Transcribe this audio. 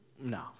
no